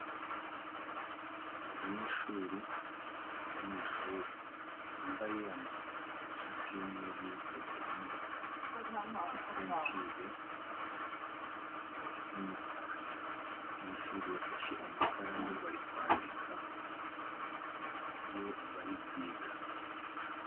Abanyeshuri bari mu ishuri bambaye amashati y'umweru n'amakabutura y'umukara, sentire y'umukara; abanyeshuri bafashe amakaramu bari kwandika ibyo bari kwiga.